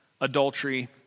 adultery